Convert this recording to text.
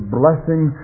blessing